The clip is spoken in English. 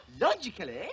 logically